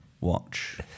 watch